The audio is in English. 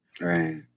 right